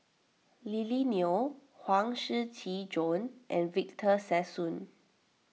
Lily Neo Huang Shiqi Joan and Victor Sassoon